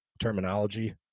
terminology